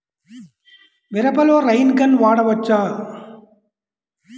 మిరపలో rain gun వాడవచ్చా?